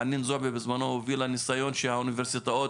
חנין זועבי בזמנו הובילה ניסיון שהאוניברסיטאות